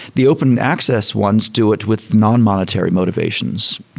the open access ones do it with non-monetary motivations.